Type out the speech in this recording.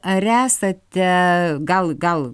ar esate gal gal